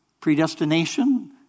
Predestination